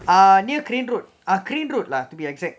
ah near grave road ah grave road lah to be exact